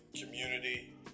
community